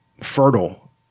fertile